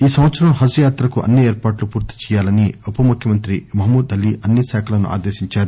ఈ సంవత్సరం హజ్ యాతకు అన్ని ఏర్పాట్లు పూర్తి చేయాలని ఉప ముఖ్యమంత్రి మహమూద్ అలీ అన్ని శాఖలను ఆదేశించారు